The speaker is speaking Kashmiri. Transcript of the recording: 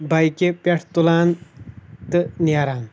بایکہِ پٮ۪ٹھ تُلان تہٕ نیران